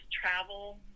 travel